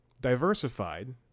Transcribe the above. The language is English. diversified